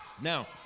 Now